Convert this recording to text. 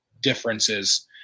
differences